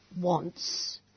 wants